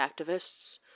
activists